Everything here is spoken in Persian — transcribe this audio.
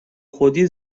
خودی